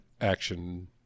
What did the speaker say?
action